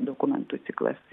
dokumentų ciklas